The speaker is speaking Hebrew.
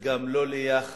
וגם לא ליחס,